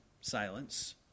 silence